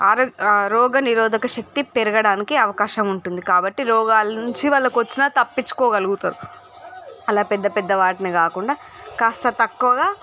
రోగనిరోధక శక్తి పెరగడానికి అవకాశముంటుంది కాబట్టి రోగాలు నుంచి వాళ్ళకొచ్చినా తపించుకోగలోగుతారు అలా పెద్ద పెద్ద వాటిని కాకుండా కాస్త తక్కువగా